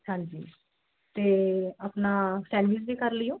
ਹਾਂਜੀ ਅਤੇ ਆਪਣਾ ਸੈਂਡਵਿਚ ਵੀ ਕਰ ਲਿਓ